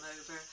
over